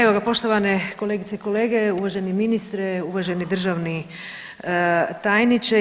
Evo ga, poštovane kolegice i kolege, uvaženi ministre, uvaženi državni tajniče.